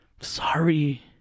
Sorry